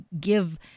give